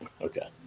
Okay